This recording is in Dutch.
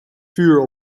vuur